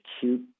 cute